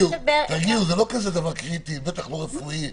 זה לא כזה קריטי, בטח לא רפואי.